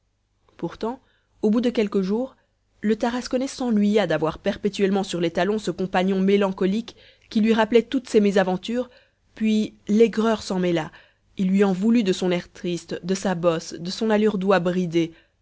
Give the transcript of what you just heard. pourtant au bout de quelques jours le tarasconnais s'ennuya d'avoir perpétuellement sur les talons ce compagnon mélancolique qui lui rappelait toutes ses mésaventures puis l'aigreur s'en mêlant il lui en voulut de son air triste de sa bosse de son allure d'oie bridée